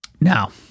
Now